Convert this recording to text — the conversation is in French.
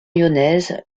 lyonnaise